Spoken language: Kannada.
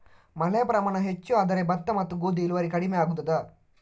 ಮಳೆಯ ಪ್ರಮಾಣ ಹೆಚ್ಚು ಆದರೆ ಭತ್ತ ಮತ್ತು ಗೋಧಿಯ ಇಳುವರಿ ಕಡಿಮೆ ಆಗುತ್ತದಾ?